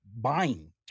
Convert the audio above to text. buying